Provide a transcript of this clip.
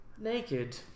naked